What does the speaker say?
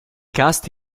cast